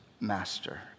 master